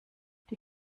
die